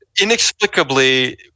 Inexplicably